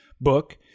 book